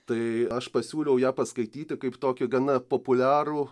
tai aš pasiūliau ją paskaityti kaip tokį gana populiarų